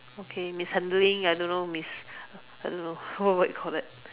okay mishandling I don't know miss I don't know what what you call that